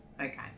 Okay